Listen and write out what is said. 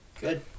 Good